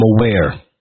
aware